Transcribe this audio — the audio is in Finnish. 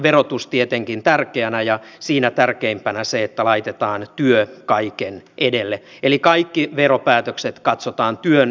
verotus on tietenkin tärkeänä ja siinä tärkeimpänä on se että laitetaan työ kaiken edelle eli kaikki veropäätökset katsotaan työn näkökulmasta